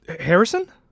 Harrison